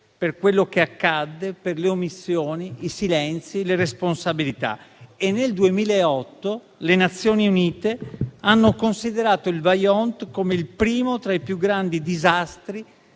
per quello che accadde, per le omissioni, i silenzi e le responsabilità. Nel 2008 le Nazioni Unite hanno considerato il Vajont come il primo tra i più grandi disastri